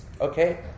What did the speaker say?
Okay